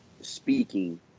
speaking